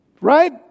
right